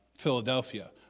Philadelphia